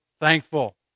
thankful